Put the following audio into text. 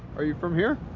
are you from here?